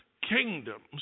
kingdoms